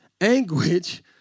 anguish